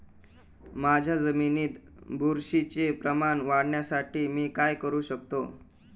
माझ्या जमिनीत बुरशीचे प्रमाण वाढवण्यासाठी मी काय करू शकतो?